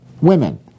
women